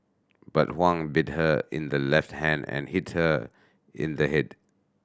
but Huang bit her in the left hand and hit her in the head